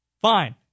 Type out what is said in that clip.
Fine